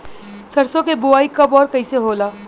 सरसो के बोआई कब और कैसे होला?